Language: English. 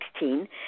2016